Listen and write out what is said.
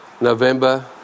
November